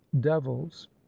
devils